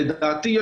לדעתי,